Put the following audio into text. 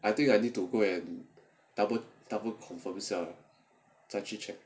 I think I need to go and double double confirm 一下